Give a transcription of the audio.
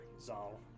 Zal